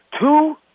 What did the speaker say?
Two